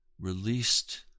released